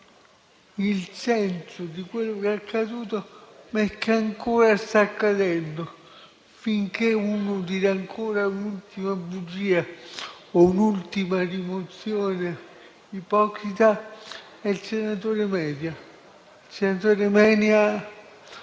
il senso di quello che è accaduto, e che ancora sta accadendo finché qualcuno dirà ancora l'ultima bugia o un'ultima rimozione ipocrita, come il senatore Menia,